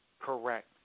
Correct